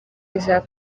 isaac